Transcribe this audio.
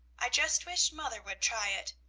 i just wish mother would try it.